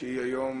שהיא היום